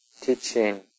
teaching